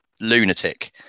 lunatic